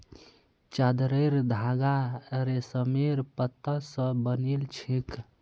चादरेर धागा रेशमेर पत्ता स बनिल छेक